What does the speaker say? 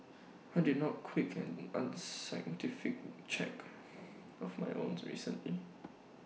I did not quick and unscientific check of my own recently